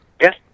Yes